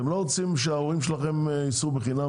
אתם לא רוצים שההורים שלכם ייסעו בחינם